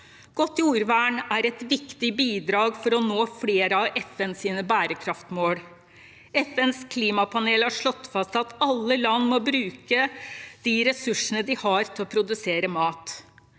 Godt jordvern er et viktig bidrag for å nå flere av FNs bærekraftmål. FNs klimapanel har slått fast at alle land må bruke de ressursene de har til å produsere mat.